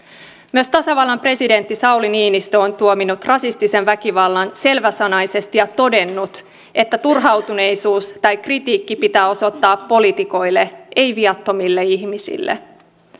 myös tasavallan presidentti sauli niinistö on tuominnut rasistisen väkivallan selväsanaisesti ja todennut että turhautuneisuus tai kritiikki pitää osoittaa poliitikoille ei viattomille ihmisille